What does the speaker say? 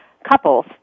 couples